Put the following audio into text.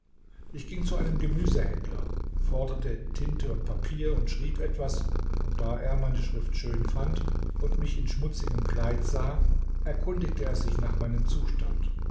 ich ging zu einem gemüsehändler forderte tinte und papier und schrieb etwas und da er meine schrift schön fand und mich in schmutzigem kleid sah erkundigte er sich nach meinem zustand